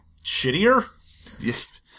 Shittier